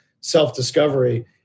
self-discovery